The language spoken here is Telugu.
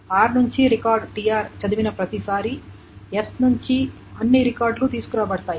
r నుండి రికార్డు tr చదివిన ప్రతిసారీ s నుండి అన్ని రికార్డులు తీసుకురాబడతాయి